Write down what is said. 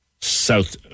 south